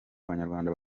abanyarwanda